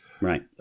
Right